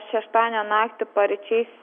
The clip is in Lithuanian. šeštadienio naktį paryčiais